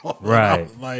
right